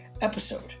episode